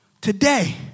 Today